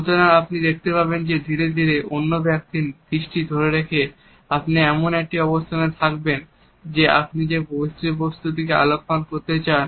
সুতরাং আপনি দেখতে পাবেন যে ধীরে ধীরে অন্য ব্যক্তির দৃষ্টি ধরে রেখে আপনি এমন একটি অবস্থানে থাকবেন যে আপনি যে বিষয়বস্তুটিতে আলোকপাত করতে চান